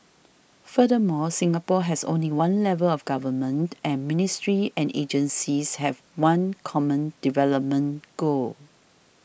furthermore Singapore has only one level of government and ministries and agencies have one common development goal